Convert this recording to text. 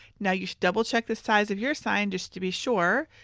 now you should double check the size of your sign just to be sure.